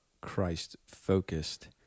Christ-focused